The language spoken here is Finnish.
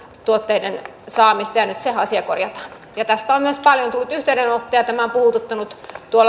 tuotteiden saamista ja nyt se asia korjataan tästä on myös paljon tullut yhteydenottoja tämä on puhututtanut